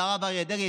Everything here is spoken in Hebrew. זה הרב אריה דרעי.